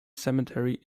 cemetery